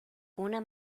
una